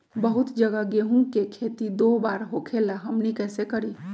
बहुत जगह गेंहू के खेती दो बार होखेला हमनी कैसे करी?